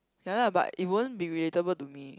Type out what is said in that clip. ya lah but it won't be relatable to me